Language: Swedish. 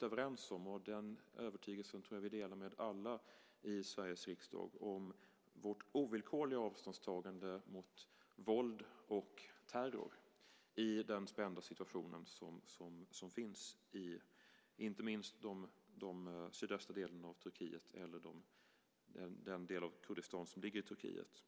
överens - och den övertygelsen delar vi nog med alla i Sveriges riksdag - i vårt ovillkorliga avståndstagande från våld och terror i den spända situation som råder i inte minst de sydöstra delarna av Turkiet eller den del av Kurdistan som ligger i Turkiet.